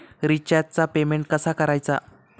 रिचार्जचा पेमेंट कसा करायचा?